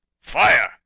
Fire